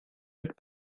mit